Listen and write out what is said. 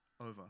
over